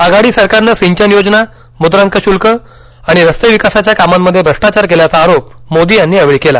आघाडी सरकारनं सिंचन योजना म्ंद्रांक श्ल्क रस्ते विकासाच्या कामांमध्ये भ्रष्टाचार केल्याचा आरोप मोदी यांनी यावेळी केला